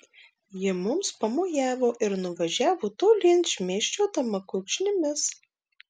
ji mums pamojavo ir nuvažiavo tolyn šmėsčiodama kulkšnimis